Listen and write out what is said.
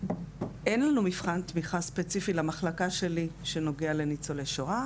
אין אצלנו מבחן תמיכה ספציפי למחלקה שלי שנוגע לניצולי שואה,